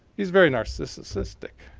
he's very narcissistic.